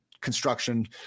construction